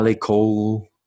Cole